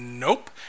Nope